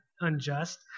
unjust